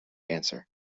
answer